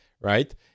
right